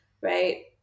right